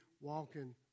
walking